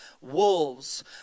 wolves